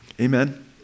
Amen